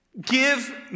Give